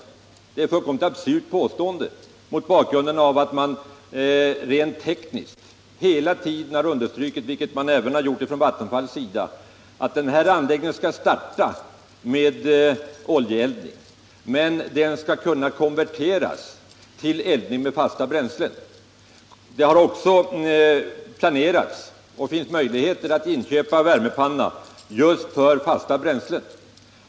Det är ett fullkomligt absurt påstående mot bakgrund av att man rent tekniskt hela tiden har understrukit — vilket även Vattenfall har gjort — att den här anläggningen skall starta med oljeeldning men att den skall kunna konverteras till eldning med fasta bränslen. Det har också planerats och är i dag möjligt att inköpa värmepanna just för fasta bränslen.